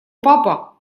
папа